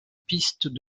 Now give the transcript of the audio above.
piste